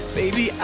baby